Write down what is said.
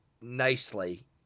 nicely